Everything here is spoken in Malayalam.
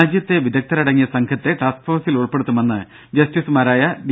രാജ്യത്തെ വിദഗ്ധരടങ്ങിയ സംഘത്തെ ടാസ്ക് ഫോഴ്സിൽ ഉൾപ്പെടുത്തുമെന്ന് ജസ്റ്റിസുമാരായ ഡി